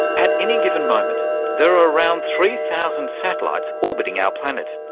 at any given moment there are around three thousand satellites orbiting our planet.